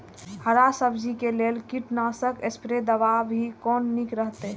हरा सब्जी के लेल कीट नाशक स्प्रै दवा भी कोन नीक रहैत?